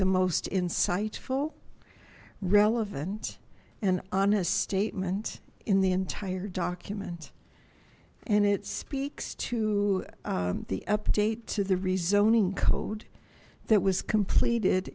the most insightful relevant and honest statement in the entire document and it speaks to the update to the rezoning code that was completed